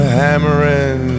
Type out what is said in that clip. hammering